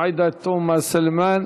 עאידה תומא סלימאן,